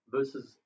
Versus